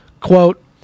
Quote